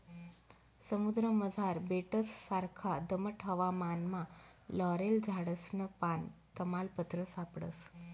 समुद्रमझार बेटससारखा दमट हवामानमा लॉरेल झाडसनं पान, तमालपत्र सापडस